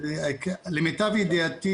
למיטב ידיעתי,